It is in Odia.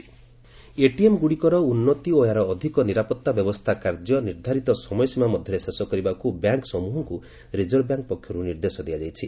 ଆର୍ବିଆଇ ଏଟିଏମ୍ ଏଟିଏମ୍ ଗୁଡ଼ିକର ଉନ୍ନତି ଓ ଏହାର ଅଧିକ ନିରାପଭା ବ୍ୟବସ୍ଥା କାର୍ଯ୍ୟ ନିର୍ଦ୍ଧାରିତ ସମୟସୀମା ମଧ୍ୟରେ ଶେଷ କରିବାକୁ ବ୍ୟାଙ୍କ୍ ସମୃହଙ୍କୁ ରିକର୍ଭ ବ୍ୟାଙ୍କ୍ ପକ୍ଷରୁ ନିର୍ଦ୍ଦେଶ ଦିଆଯାଇଛି